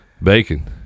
bacon